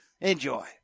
Enjoy